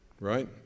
right